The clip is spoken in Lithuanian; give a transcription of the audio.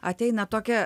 ateina tokia